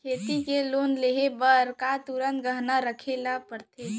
खेती के लोन लेहे बर का तुरंत गहना रखे लगथे?